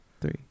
Three